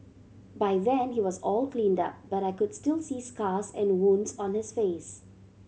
by then he was all cleaned up but I could still see scars and wounds on his face